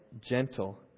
gentle